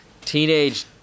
teenage